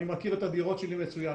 אני מכיר את הדירות שלי מצוין.